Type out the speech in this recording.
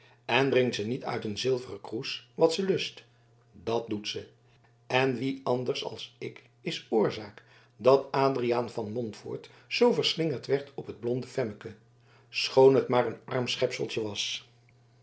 en drinkt ze niet uit een zilveren kroes wat ze lust dat doet ze en wie anders als ik is oorzaak dat adriaan van montfoort zoo verslingerd werd op het blonde femmeke schoon het maar een arm schepseltje was